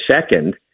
second